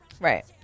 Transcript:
Right